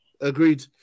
Agreed